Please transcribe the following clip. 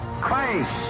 Christ